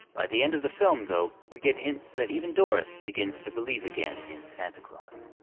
by the end of the film, though, we get hints that even doris begins to believe again in santa claus.